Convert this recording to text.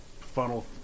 funnel